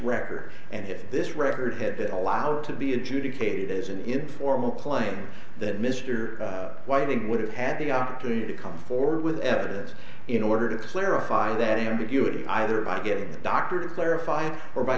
record and if this record had been allowed to be adjudicated as an informal claim that mr whiting would have had the opportunity to come forward with evidence in order to clarify that ambiguity either by getting a doctor to clarify or by